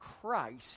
Christ